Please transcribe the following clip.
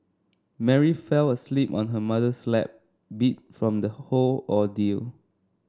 Mary fell asleep on her mother's lap beat from the whole ordeal